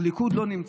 הליכוד לא נמצא".